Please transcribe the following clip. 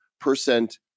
percent